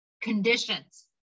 Conditions